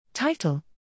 TITLE